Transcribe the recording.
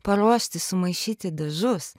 paruošti sumaišyti dažus